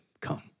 Come